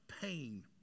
pain